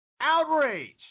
Outraged